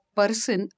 person